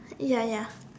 ya ya